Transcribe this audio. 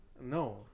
no